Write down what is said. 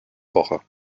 woche